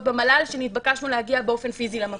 במל"ל שנתבקשנו להגיע באופן פיסי למקום.